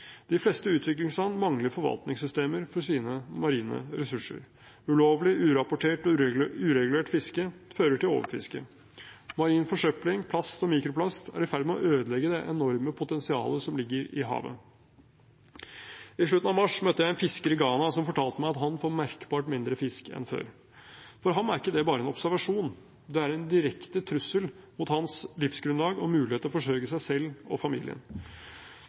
De fleste utviklingsland mangler forvaltningssystemer for sine marine ressurser. Ulovlig, urapportert og uregulert fiske fører til overfiske. Marin forsøpling, plast og mikroplast, er i ferd med å ødelegge det enorme potensialet som ligger i havet. I slutten av mars møtte jeg en fisker i Ghana som fortalte meg at han får merkbart mindre fisk enn før. For ham er ikke det bare en observasjon. Det er en direkte trussel mot hans livsgrunnlag og mulighet til å forsørge seg selv og familien.